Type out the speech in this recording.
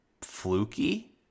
fluky